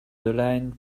aligned